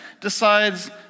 decides